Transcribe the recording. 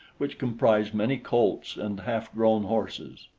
which comprised many colts and half-grown horses.